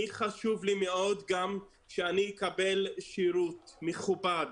חשוב לי מאוד גם שאני אקבל שירות מכובד,